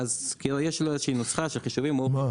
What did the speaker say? יש איזושהי נוסחה של חישובים --- מה?